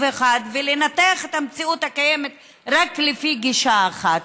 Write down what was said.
אחד ולנתח את המציאות הקיימת רק לפי גישה אחת.